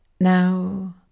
Now